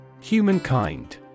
Humankind